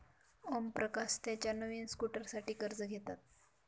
ओमप्रकाश त्याच्या नवीन स्कूटरसाठी कर्ज घेतात